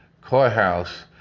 Courthouse